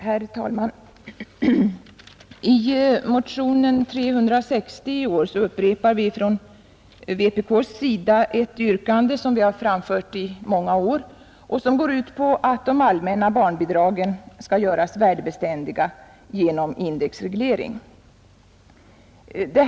Herr talman! I motionen 360 upprepar vi från vpk:s sida ett yrkande som framförts i många år och som går ut på att de allmänna barnbidragen skall göras värdebeständiga genom indexreglering.